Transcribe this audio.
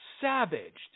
savaged